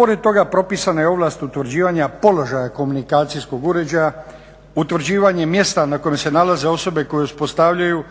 Pored toga propisana je ovlast utvrđivanja položaja komunikacijskog uređaja, utvrđivanje mjesta na kojem se nalaze osobe koje uspostavljaju